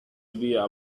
idea